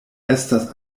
estas